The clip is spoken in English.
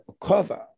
cover